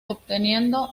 obteniendo